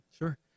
Sure